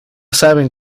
saben